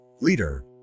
leader